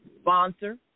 sponsor